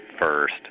first